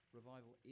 Revival